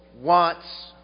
wants